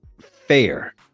fair